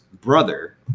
brother